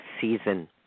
season